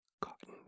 cotton